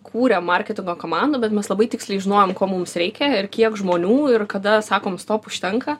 kūrėm marketingo komandą bet mes labai tiksliai žinojom ko mums reikia ir kiek žmonių ir kada sakom stop užtenka